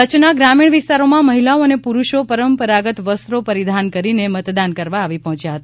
કચ્છના ત્રામીણ વિસ્તારોમાં મહિલાઓ અને પુરૂષો પરંપરાગત વસ્ત્રો પરિધાન કરીને મતદાન કરવા આવી પહોંચ્યા હતા